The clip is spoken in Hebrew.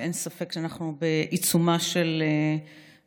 אין ספק שאנחנו בעיצומה של מערכה,